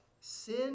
Sin